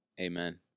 Amen